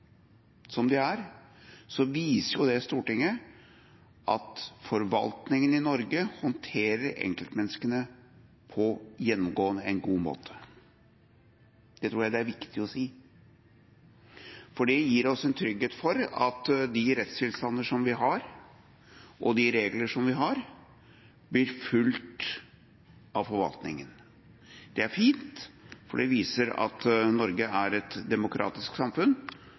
som de er, viser det Stortinget at forvaltningen i Norge håndterer enkeltmenneskene gjennomgående på en god måte. Det tror jeg det er viktig å si. Det gir oss en trygghet for at de rettstilstander og de regler som vi har, blir fulgt av forvaltningen. Det er fint, for det viser at Norge er et demokratisk samfunn,